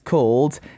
called